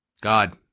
god